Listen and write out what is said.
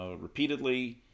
repeatedly